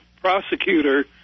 prosecutor